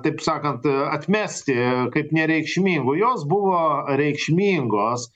taip sakant atmesti kaip nereikšmingų jos buvo reikšmingos